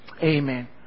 Amen